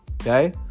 Okay